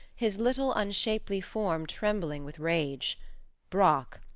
his little, unshapely form trembling with rage brock,